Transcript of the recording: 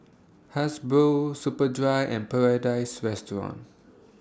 Hasbro Superdry and Paradise Restaurant